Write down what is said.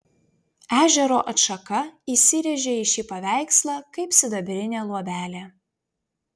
ežero atšaka įsirėžė į šį paveikslą kaip sidabrinė luobelė